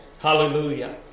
Hallelujah